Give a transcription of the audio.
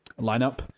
lineup